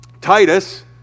Titus